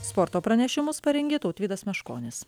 sporto pranešimus parengė tautvydas meškonis